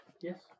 Yes